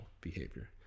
behavior